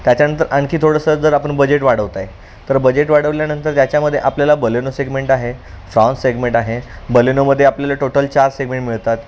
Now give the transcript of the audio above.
त्याच्यानंतर आणखी थोडंसं जर आपण बजेट वाढवत आहे तर बजेट वाढवल्यानंतर त्याच्यामदे आपल्याला बलेनो सेगमेंट आहे फ्राँस सेगमेंट आहे बलेनोमध्ये आपल्याला टोटल चार सेगमेंट मिळतात